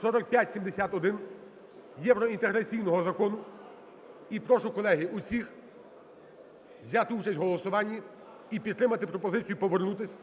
4571, євроінтеграційного закону. І прошу колеги всіх взяти участь в голосуванні і підтримати пропозицію повернутись